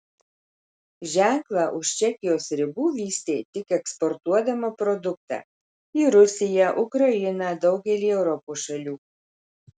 ženklą už čekijos ribų vystė tik eksportuodama produktą į rusiją ukrainą daugelį europos šalių